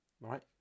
right